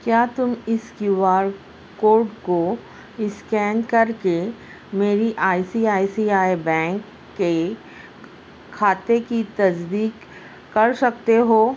کیا تم اِس کیو آر کوڈ کو اسکین کر کے میری I C I C I bank کے کھاتے کی تصدیق کر سکتے ہو